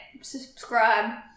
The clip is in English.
subscribe